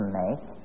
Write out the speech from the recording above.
make